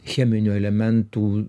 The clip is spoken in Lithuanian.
cheminių elementų